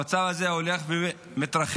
המצב הזה הולך ומתרחב,